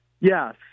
Yes